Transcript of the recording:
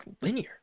linear